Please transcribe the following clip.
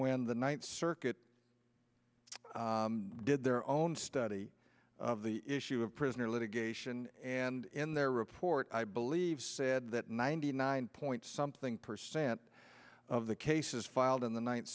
when the ninth circuit did their own study of the issue of prisoner litigation and in their report i believe said that ninety nine point something percent of the cases filed in the ninth